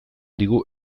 digu